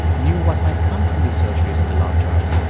knew what might come from these surgeries in the long term.